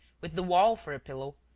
with the wall for a pillow,